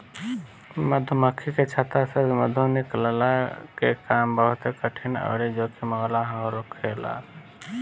मधुमक्खी के छत्ता से मधु निकलला के काम बहुते कठिन अउरी जोखिम वाला होखेला